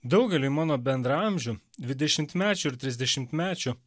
daugeliui mano bendraamžių dvidešimtmečių ir trisdešimtmečių